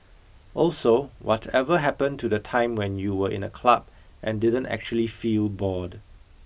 also whatever happened to the time when you were in a club and didn't actually feel bored